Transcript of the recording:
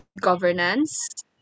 governance